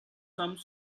some